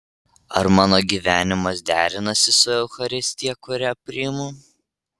ar mano gyvenimas derinasi su eucharistija kurią priimu